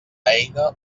eina